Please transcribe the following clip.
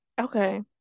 Okay